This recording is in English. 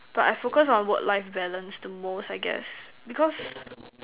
but I focus on work life balance the most I guess because